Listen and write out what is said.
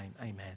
Amen